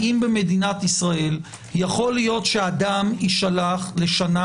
האם במדינת ישראל יכול להיות שאדם יישלח לשנה